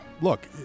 look